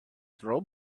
throw